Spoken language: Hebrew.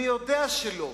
אני יודע שלא,